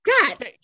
God